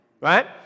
right